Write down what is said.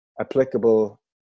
applicable